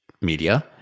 media